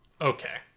Okay